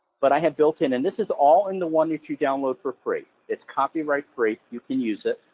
but i have built in, and this is all in the one that you download for free, it's copyright free, you can use it,